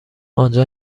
آنجا